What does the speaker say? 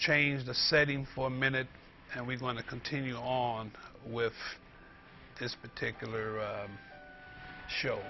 change the setting for a minute and we want to continue on with this particular show